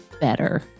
BETTER